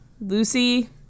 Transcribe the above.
Lucy